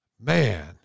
Man